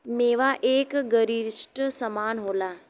मेवा एक गरिश्ट समान होला